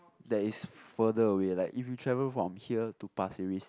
there is further away like if you travel from here to pasir-ris